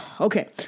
Okay